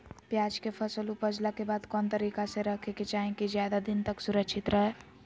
प्याज के फसल ऊपजला के बाद कौन तरीका से रखे के चाही की ज्यादा दिन तक सुरक्षित रहय?